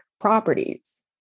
properties